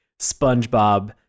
SpongeBob